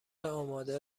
آماده